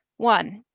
one,